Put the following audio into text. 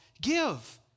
give